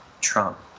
Trump